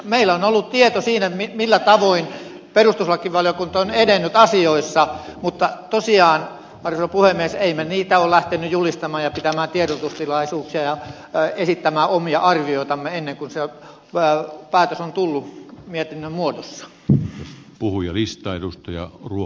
meillä on ollut tieto siitä millä tavoin perustuslakivaliokunta on edennyt asioissa mutta tosiaan arvoisa herra puhemies emme me niitä ole lähteneet julistamaan ja pitämään tiedotustilaisuuksia ja esittämään omia arvioitamme ennen kuin se päätös on tullut mietinnön muodossa